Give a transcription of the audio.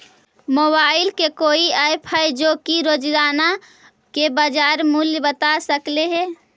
Mobile के कोइ app है जो कि रोजाना के बाजार मुलय बता सकले हे?